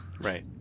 Right